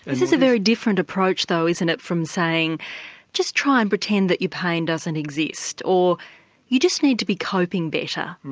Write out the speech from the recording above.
this is a very different approach though isn't it from saying just try and pretend that your pain doesn't exist, or you just need to be coping better.